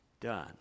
done